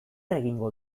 egingo